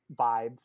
vibe